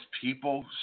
people